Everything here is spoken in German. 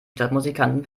stadtmusikanten